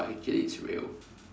but actually it's real